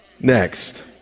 next